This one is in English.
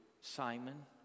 Simon